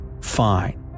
fine